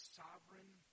sovereign